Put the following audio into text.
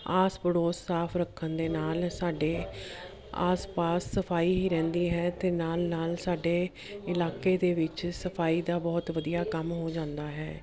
ਆਸ ਪੜੋਸ ਸਾਫ ਰੱਖਣ ਦੇ ਨਾਲ ਸਾਡੇ ਆਸ ਪਾਸ ਸਫਾਈ ਹੀ ਰਹਿੰਦੀ ਹੈ ਅਤੇ ਨਾਲ ਨਾਲ ਸਾਡੇ ਇਲਾਕੇ ਦੇ ਵਿੱਚ ਸਫਾਈ ਦਾ ਬਹੁਤ ਵਧੀਆ ਕੰਮ ਹੋ ਜਾਂਦਾ ਹੈ